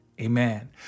Amen